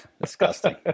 Disgusting